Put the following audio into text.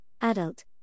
adult